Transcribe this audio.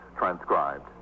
transcribed